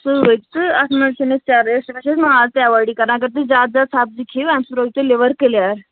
سۭتۍ تہٕ اتھ منٛز چھُنہٕ اَسہِ چرٕب ماز تہٕ ایٚوایڈٕے کران اگر تُہۍ زیادٕ زیادٕ سبٕزی کھیٚوٕ امہِ سۭتۍ روزوٕ تۄہہِ لِور کِلیر